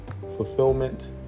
fulfillment